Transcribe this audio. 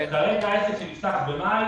כרגע עסק שנפתח במאי,